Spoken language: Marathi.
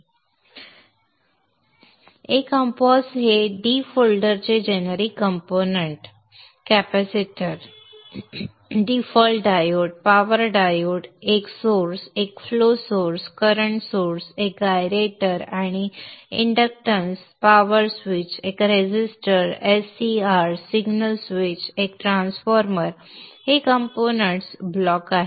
A comps हे d फोल्डरचे generic components capacitor default diode power diode एक स्त्रोत एक फ्लो सोर्स करंट सोर्स एक गायरेटरआणि इंडक्टन्स पॉवर स्विच एक रेसिस्टर SCR सिग्नल स्विच एक ट्रान्सफॉर्मर हे कंपोनेंट्स ब्लॉक आहेत